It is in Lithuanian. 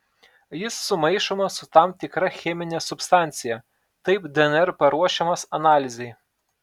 jis sumaišomas su tam tikra chemine substancija taip dnr paruošiamas analizei